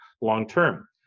long-term